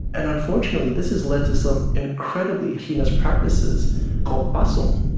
and unfortunately this has led to some incredibly heinous practices called but um